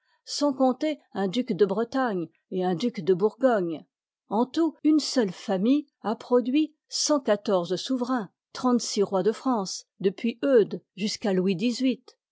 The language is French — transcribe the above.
sans compter un duc de bretagne et un duc de bourgogne n tout une seule famille a produit cent quatorze souverains trente-six rois de france depuiseudejusqu'àlouisxviii